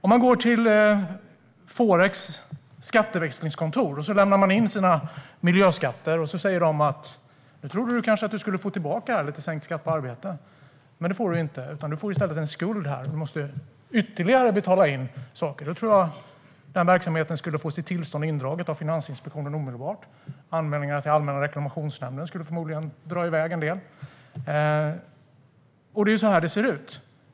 Går man till Forex skatteväxlingskontor och lämnar in sina miljöskatter säger de kanske: Nu trodde du att du skulle få tillbaka lite sänkt skatt på arbete, men det får du inte. Du får i stället en skuld här, och du måste göra ytterligare inbetalningar. En sådan verksamhet skulle nog omedelbart få sitt tillstånd indraget av Finansinspektionen. Det skulle förmodligen också komma in en mängd anmälningar till Allmänna reklamationsnämnden. Det är så här det ser ut.